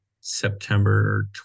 september